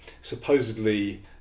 supposedly